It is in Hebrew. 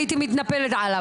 הייתי מתנפלת עליו,